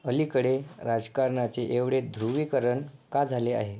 अलीकडे राजकारणाचे एवढे ध्रुवीकरण का झाले आहे